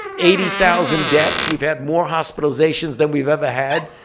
eighty thousand deaths. we've had more hospitalizations than we've ever had.